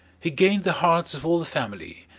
he gained the hearts of all the family,